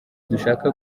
dushaka